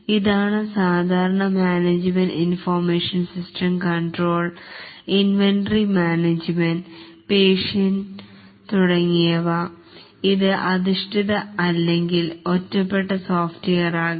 ഇതാണ് സാധാരണ management information system control inventory management patient management തുടങ്ങിയവ ഇത് അധിഷ്ഠിത അല്ലെങ്കിൽ ഒറ്റപ്പെട്ട സോഫ്റ്റ്വെയർ ആകാം